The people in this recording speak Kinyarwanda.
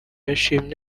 yashimye